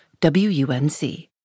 WUNC